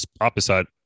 opposite